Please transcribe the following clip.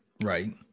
right